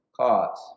cause